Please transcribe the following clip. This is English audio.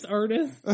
artist